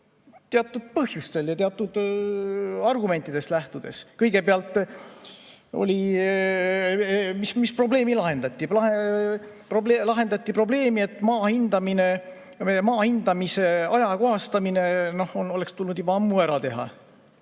teatud põhjustel ja teatud argumentidest lähtudes. Kõigepealt, mis probleemi lahendati? Lahendati probleemi, et maa hindamine, meie maa hindamise ajakohastamine oleks tulnud juba ammu ära teha.